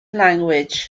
language